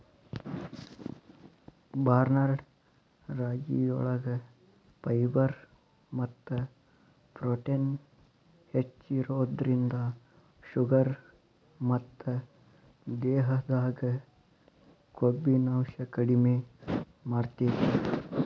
barnyard ರಾಗಿಯೊಳಗ fibre ಮತ್ತ protein ಹೆಚ್ಚಿರೋದ್ರಿಂದ ಶುಗರ್ ಮತ್ತ ದೇಹದಾಗ ಕೊಬ್ಬಿನಾಂಶ ಕಡಿಮೆ ಮಾಡ್ತೆತಿ